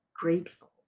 grateful